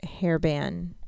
hairband